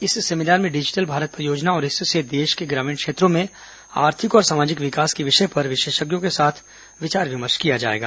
इस सेमिनार में डिजिटल भारत परियोजना और इससे देश के ग्रामीण क्षेत्रों में आर्थिक और सामाजिक विकास के विषय पर विशेषज्ञों के साथ विचार विमर्श किया जाएगा